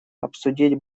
обсудить